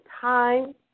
time